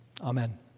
Amen